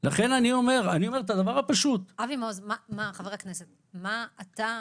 חבר הכנסת מעוז, מה אתה מציע?